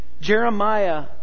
Jeremiah